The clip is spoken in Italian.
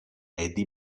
eddie